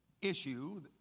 issue